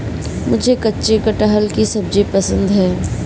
मुझे कच्चे कटहल की सब्जी पसंद है